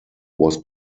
was